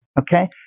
Okay